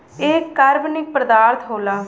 एक कार्बनिक पदार्थ होला